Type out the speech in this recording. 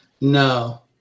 No